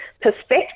perspective